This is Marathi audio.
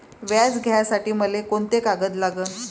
व्याज घ्यासाठी मले कोंते कागद लागन?